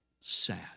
sad